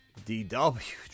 DW